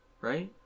right